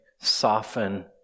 soften